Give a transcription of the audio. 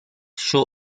show